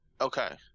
Okay